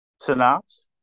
synopsis